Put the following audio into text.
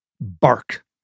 Bark